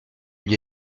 gli